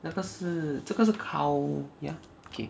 那个是这个是 cow ya okay